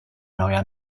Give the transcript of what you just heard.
neuer